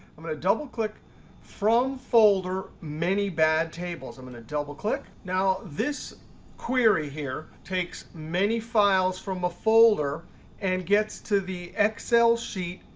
i'm going to double click from folder many bad tables. i'm going to double click. now this query here takes many files from a folder and gets to the excel sheet,